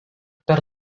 per